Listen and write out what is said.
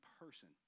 person